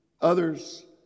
others